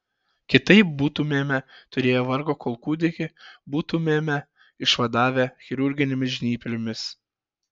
kitaip būtumėme turėję vargo kol kūdikį būtumėme išvadavę chirurginėmis žnyplėmis